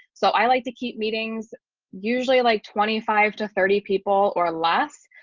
so i like to keep meetings usually like twenty five to thirty people or less.